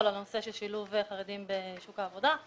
על הנושא של שילוב חרדים בשוק העבודה,